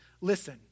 listen